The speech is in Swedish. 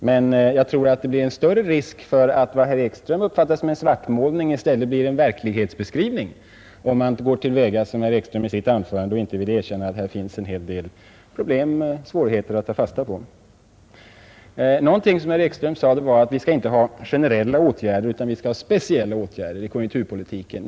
Men om man går till väga som herr Ekström gjorde i sitt anförande och inte vill erkänna att här finns en hel del svårigheter att ta fasta på, tror jag att det blir risk för att vad som skulle kunna vara en ”svartmålning” blir en verklighetsbeskrivning. Herr Ekström ansåg att vi inte skall vidtaga generella utan speciella åtgärder i konjunkturpolitiken.